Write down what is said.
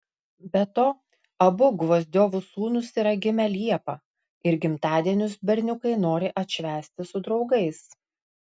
be to abu gvozdiovų sūnus yra gimę liepą ir gimtadienius berniukai nori atšvęsti su draugais